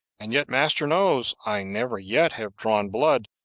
and yet master knows i never yet have drawn blood,